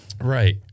Right